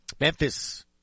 Memphis